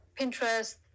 Pinterest